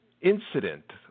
incident